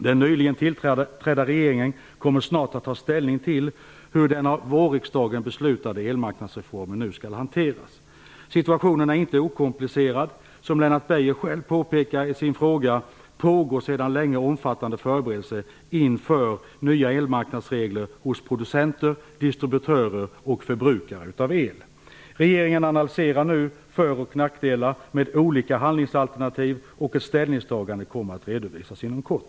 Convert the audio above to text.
Den nyligen tillträdda regeringen kommer snart att ta ställning till hur den av vårriksdagen beslutade elmarknadsreformen nu skall hanteras. Situationen är inte okomplicerad. Som Lennart Beijer själv påpekar i sin fråga pågår sedan länge omfattande förberedelser inför nya elmarknadsregler hos producenter, distributörer och förbrukare av el. Regeringen analyserar nu för och nackdelar med olika handlingsalternativ och ett ställningstagande kommer att redovisas inom kort.